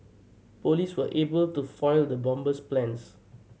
police were able to foil the bomber's plans